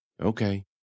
Okay